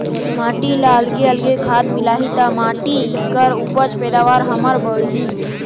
माटी ल अलगे अलगे खाद मिलही त माटी कर उपज पैदावार हमर बड़ही